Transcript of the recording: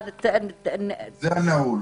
זה הנעול.